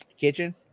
kitchen